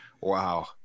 wow